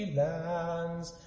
lands